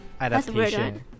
adaptation